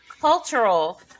cultural